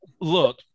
look